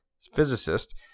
physicist